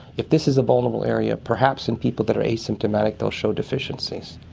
if this is a vulnerable area, perhaps in people that are asymptomatic they will show deficiencies.